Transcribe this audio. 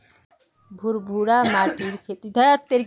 भुर भुरा माटिर खेती ज्यादा होचे या कम होचए?